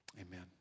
Amen